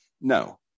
No